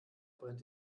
brennt